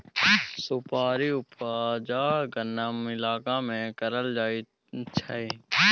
सुपारी के उपजा नम इलाका में करल जाइ छइ